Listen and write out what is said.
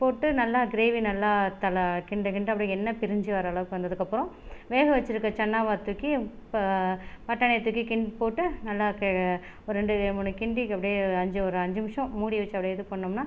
போட்டு நல்லா கிரேவி நல்லா தலை கிண்ட கிண்ட அப்படியே எண்ணெய் பிரிஞ்சி வர்ற அளவுக்கு வந்ததுக்கப்புறம் வேக வச்சுருக்க சன்னாவ தூக்கி இப்போ பட்டாணிய தூக்கி கிண்டி போட்டு நல்லா ஒரு ரெண்டு மூணு கிண்டி அப்படியே அஞ்சு ஒரு அஞ்சு நிமிசம் மூடி வச்சி அப்படியே இது பண்ணுனோம்னா